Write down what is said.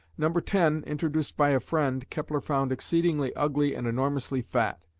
number ten, introduced by a friend, kepler found exceedingly ugly and enormously fat,